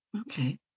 Okay